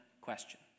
question